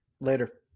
Later